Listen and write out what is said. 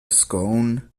scone